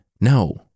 No